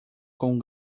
com